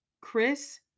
Chris